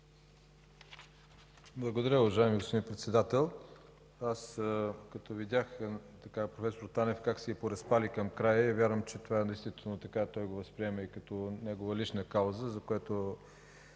Благодаря, уважаеми господин Председател. Като видях проф. Танев как се поразпали към края, вярвам, че това е действително така, той го възприема като негова лична кауза, за което